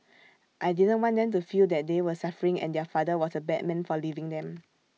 I didn't want them to feel that they were suffering and their father was A bad man for leaving them